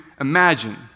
imagine